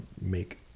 make